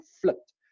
flipped